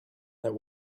that